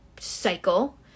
cycle